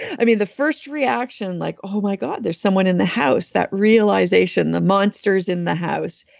i mean, the first reaction like, oh my god, there's someone in the house, that realization. the monster's in the house.